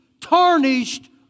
tarnished